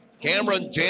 Cameron